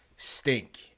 stink